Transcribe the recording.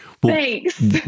thanks